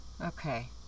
Okay